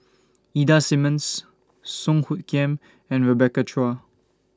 Ida Simmons Song Hoot Kiam and Rebecca Chua